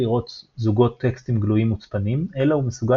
לראות זוגות טקסטים גלויים/מוצפנים אלא הוא מסוגל